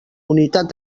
unitat